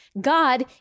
God